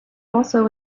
also